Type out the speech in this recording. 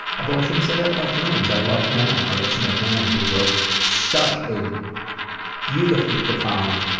although i shouldn't say that about germans! i love anna, our listener anna, who wrote such a beautifully profound